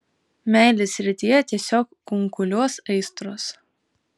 meilės srityje tiesiog kunkuliuos aistros